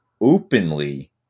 openly